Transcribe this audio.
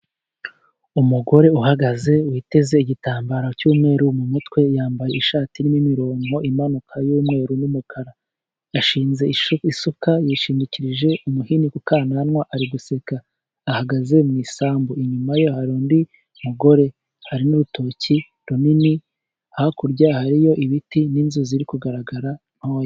Umugore uhagaze witeze igitambaro cy'umweru mu mutwe. Yambaye ishati irimo imirongo imanuka y'umweru n'umukara, yashinze isuka yishingikirije umuhini ku kananwa, ari guseka. Ahagaze mu isambu, inyuma ye hari undi mugore, hari n'urutoki runini. hakurya hariyo ibiti n'inzu ziri kugaragara ntoya.